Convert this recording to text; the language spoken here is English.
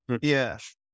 Yes